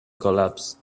collapsed